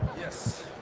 yes